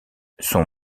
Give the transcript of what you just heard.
son